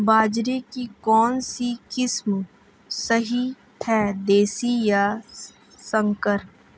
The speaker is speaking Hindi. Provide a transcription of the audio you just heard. बाजरे की कौनसी किस्म सही हैं देशी या संकर?